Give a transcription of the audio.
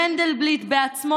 מנדלבליט בעצמו